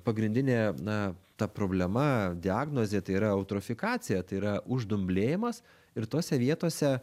pagrindinė na ta problema diagnozė tai yra eutrofikacija tai yra uždumblėjimas ir tose vietose